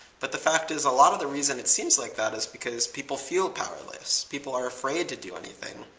but the fact is, a lot of the reason it seems like that is because people feel powerless. people are afraid to do anything.